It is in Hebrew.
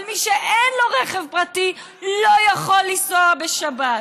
אבל מי שאין לו רכב פרטי לא יכול לנסוע בשבת.